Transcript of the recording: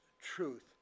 truth